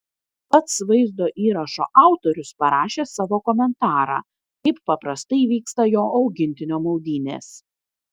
pats vaizdo įrašo autorius parašė savo komentarą kaip paprastai vyksta jo augintinio maudynės